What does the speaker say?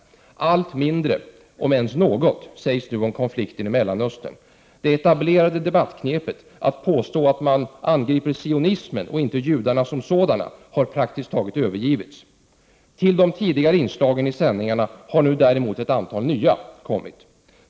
Allt mindre, om ens något, sägs om konflikten i Mellanöstern. Det etablerade debattknepet, att påstå att man bara angriper sionismen och inte judarna som sådana, har praktiskt taget övergivits. Till de tidigare inslagen i sändningarna har nu ett antal nya kommit.